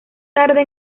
tarde